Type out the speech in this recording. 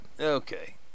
Okay